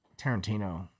Tarantino